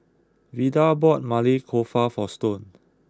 Vida bought Maili Kofta for Stone